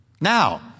Now